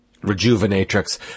Rejuvenatrix